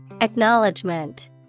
Acknowledgement